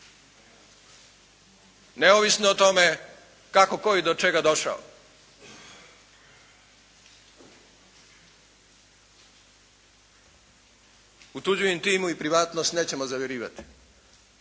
Neovisno o tome kako je tko i do čega došao. U tuđu intimu i privatnost nećemo zavirivati